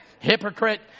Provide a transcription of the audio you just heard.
hypocrite